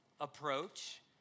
approach